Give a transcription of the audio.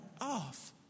off